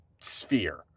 sphere